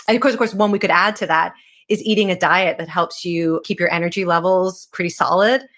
and course course one we could add to that is eating a diet that helps you keep your energy levels pretty solid.